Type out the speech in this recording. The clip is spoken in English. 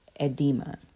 edema